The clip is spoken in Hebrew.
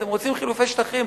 אתם רוצים חילופי שטחים,